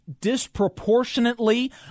disproportionately